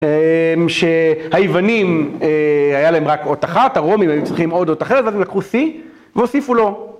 שהיוונים היה להם רק אוצ אחת, הרומים היו צריכים עוד אות אחרת, אז הם לקחו C והוסיפו לו.